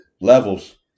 levels